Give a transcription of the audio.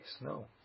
No